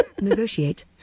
negotiate